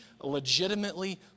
legitimately